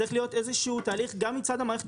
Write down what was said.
צריך להיות איזשהו תהליך גם מצד המערכת